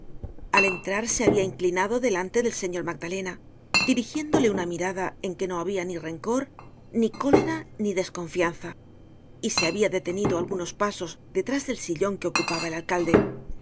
al entrar se habia inclinado delante del señor magdalena dirigiéndole una mirada en que no habia ni rencor ni cólera ni desconfianza y se habia detenido algunos pasos detrás del sillon que ocupaba el alcalde